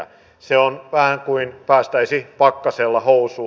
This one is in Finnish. se on vähän kuin päästäisi pakkasella housuun